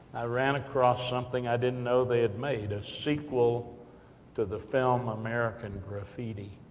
i ran across something, i didn't know they had made. a sequel to the film, american graffiti,